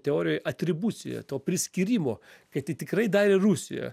teorijoj atribucija to priskyrimo kad tai tikrai darė rusija